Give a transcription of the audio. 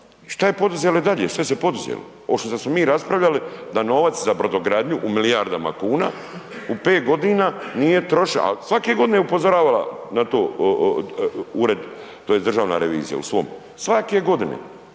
što je poduzelo i dalje, što se poduzelo? Osim što smo mi raspravljali da novac za brodogradnju u milijardama kuna u 5 godina nije trošen, ali svake godine je upozoravala na to, ured, tj. državna revizije u svom, svake godine.